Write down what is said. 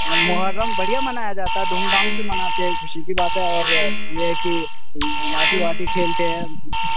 محرم بڑھیا منایا جاتا ہے دھوم دھام سے مناتے ہیں خوشی کی بات ہے اور یہ ہے کہ لاٹھی واٹھی کھیلتے ہیں